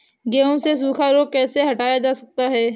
गेहूँ से सूखा रोग कैसे हटाया जा सकता है?